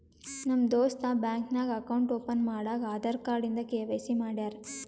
ನಮ್ ದೋಸ್ತ ಬ್ಯಾಂಕ್ ನಾಗ್ ಅಕೌಂಟ್ ಓಪನ್ ಮಾಡಾಗ್ ಆಧಾರ್ ಕಾರ್ಡ್ ಇಂದ ಕೆ.ವೈ.ಸಿ ಮಾಡ್ಯಾರ್